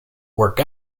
work